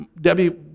Debbie